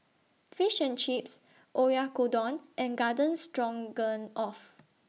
Fish and Chips Oyakodon and Garden Stroganoff